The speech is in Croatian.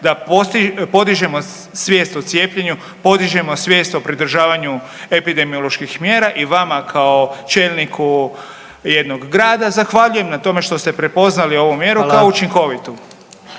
da podižemo svijest o cijepljenju, podižemo svijest o pridržavanju epidemioloških mjera i vama kao čelniku jednog grada zahvaljujem na tome što ste prepoznali ovu mjeru kao učinkovitu.